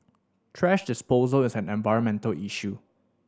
thrash disposal is an environmental issue